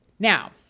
Now